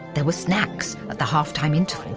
there were snacks at the half time interval.